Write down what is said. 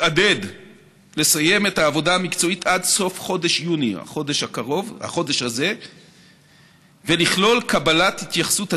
רשות הגז הטבעי, משרד החוץ והמועצה לביטחון לאומי.